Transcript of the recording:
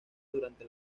durante